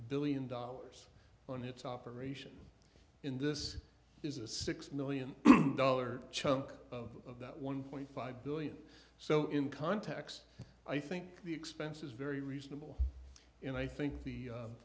billion dollars on its operation in this is a six million dollars chunk of that one point five billion so in context i think the expense is very reasonable and i think the